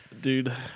Dude